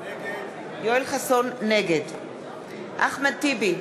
נגד אחמד טיבי,